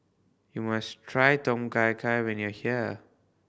you must try Tom Kha Gai when you're here